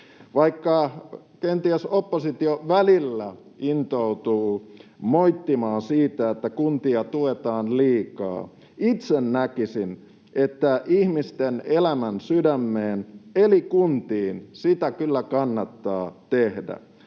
Vaikka kenties oppositio välillä intoutuu moittimaan siitä, että kuntia tuetaan liikaa, itse näkisin, että ihmisten elämän sydäntä, eli kuntia, kyllä kannattaa tukea.